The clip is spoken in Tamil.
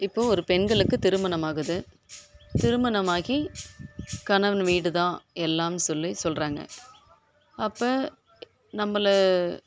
இப்போ ஒரு பெண்களுக்கு திருமணம் ஆகுது திருமணம் ஆகி கணவன் வீடு தான் எல்லாம்னு சொல்லி சொல்கிறாங்க அப்போ நம்பளை